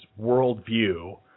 worldview